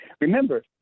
Remember